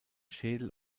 schädel